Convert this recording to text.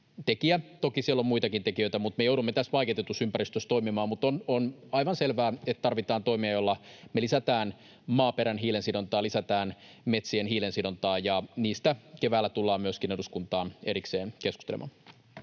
toki siellä on muitakin tekijöitä, mutta me joudumme tässä vaikeutetussa ympäristössä toimimaan. Mutta on aivan selvää, että tarvitaan toimia, joilla me lisätään maaperän hiilensidontaa ja lisätään metsien hiilensidontaa, ja niistä keväällä tullaan myöskin eduskuntaan erikseen keskustelemaan.